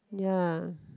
ya